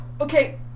Okay